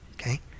okay